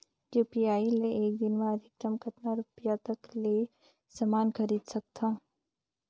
UPI ले एक दिन म अधिकतम कतका रुपिया तक ले समान खरीद सकत हवं?